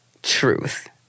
Truth